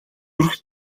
зүрх